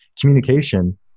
communication